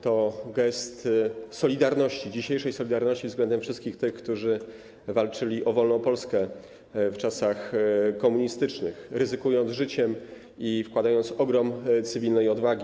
To gest solidarności, dzisiejszej solidarności wobec tych wszystkich, którzy walczyli o wolną Polskę w czasach komunistycznych, ryzykując życiem i wykazując ogrom cywilnej odwagi.